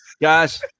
guys